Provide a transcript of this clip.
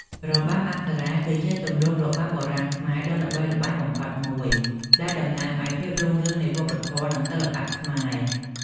របាំអប្សរា គឺជាទម្រង់របាំបុរាណខ្មែរដ៏ល្បីល្បាញបំផុតមួយ ដែលតំណាងឱ្យភាពរុងរឿងនៃវប្បធម៌ និងសិល្បៈខ្មែរ។